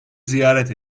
ziyaret